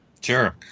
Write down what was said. Sure